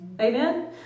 amen